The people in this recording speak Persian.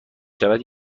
شود